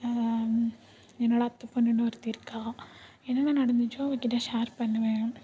என்னோடய அத்த பொண்ணுனு ஒருத்தி இருக்காள் என்னென்ன நடந்துச்சோ அவக்கிட்ட ஷேர் பண்ணுவேன்